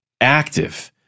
active